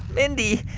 mindy,